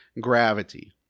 gravity